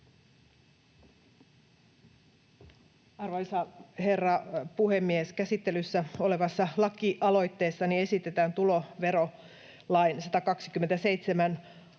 Arvoisa herra puhemies! Käsittelyssä olevassa lakialoitteessani esitetään tuloverolain 127 a